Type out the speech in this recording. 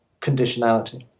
conditionality